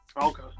Okay